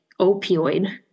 opioid